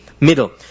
middle